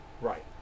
right